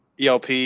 ELP